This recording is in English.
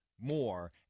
more